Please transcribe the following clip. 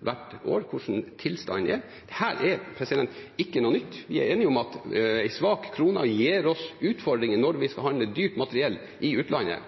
hvert år hvordan tilstanden er. Dette er ikke noe nytt. Vi er enige om at en svak krone gir oss utfordringer når vi skal handle dyrt materiell i utlandet,